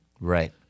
Right